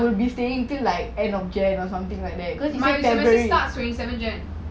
my semester starts twenty seven jan